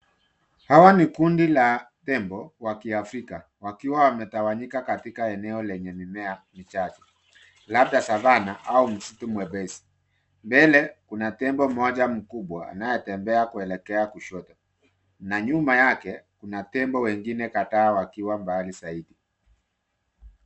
Hawa ni kundi la tembo wa kiafrika wakiwa wametawanyika katika eneo lenye mimea chache, labda savanah au msitu mwepesi. Mbele kuna tembo mmoja mkubwa anayetembea kuelekea kushoto na nyuma yake kuna tembo wengine kadhaa wakiwa mbali zaidi.